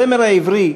הזמר העברי,